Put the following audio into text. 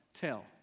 Tell